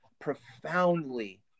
profoundly